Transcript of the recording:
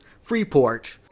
Freeport